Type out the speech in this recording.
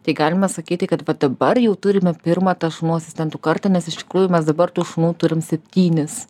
tai galima sakyti kad dabar jau turime pirmą tą šunų asistentų kartą nes iš tikrųjų mes dabar tų šunų turim septynis